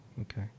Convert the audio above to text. Okay